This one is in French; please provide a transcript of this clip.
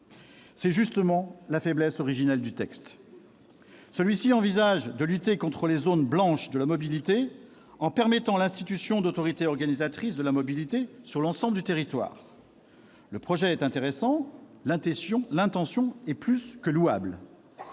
justement, la faiblesse originelle d'un texte qui ambitionne de lutter contre les zones blanches de la mobilité en permettant la mise en place d'autorités organisatrices de la mobilité sur l'ensemble du territoire. Le projet est intéressant, l'intention est plus que louable,